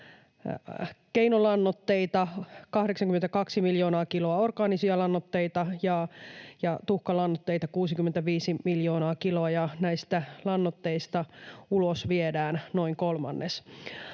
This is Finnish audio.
keinolannoitteita, 82 miljoonaa kiloa orgaanisia lannoitteita ja tuhkalannoitteita 65 miljoonaa kiloa, ja näistä lannoitteista ulos viedään noin kolmannes.